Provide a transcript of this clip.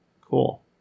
Cool